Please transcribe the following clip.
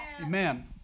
Amen